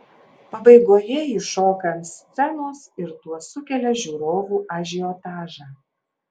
pabaigoje ji šoka ant scenos ir tuo sukelia žiūrovų ažiotažą